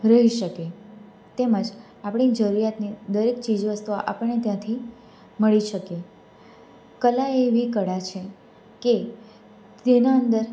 રહી શકે તેમજ આપણી જરૂરિયાતની દરેક ચીજ વસ્તુઓ આપણે ત્યાંથી મળી શકે કલા એવી કળા છે કે તેના અંદર